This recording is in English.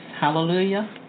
hallelujah